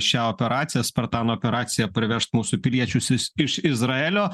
šią operaciją spartan operaciją parvežt mūsų piliečius is iš izraelio